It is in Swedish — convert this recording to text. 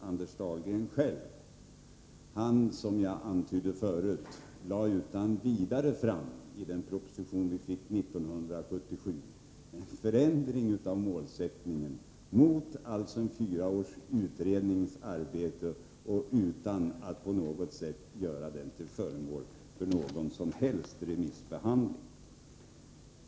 Anders Dahlgren lade själv — som jag antydde förut — utan vidare fram förslag om förändring av målsättningen i den proposition vi fick 1977 och gick därmed emot fyra års utredningsarbete utan att göra det till föremål för någon som helst remissbehandling.